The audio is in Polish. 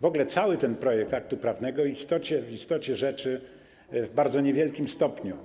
W ogóle cały ten projekt aktu prawnego w istocie rzeczy w bardzo niewielkim stopniu